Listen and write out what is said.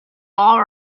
all